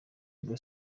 ngo